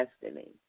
Destiny